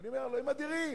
ואני אומר: אלוהים אדירים,